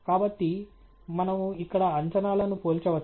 కాబట్టి మనము ఇక్కడ అంచనాలను పోల్చవచ్చు